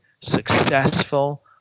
successful